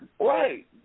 Right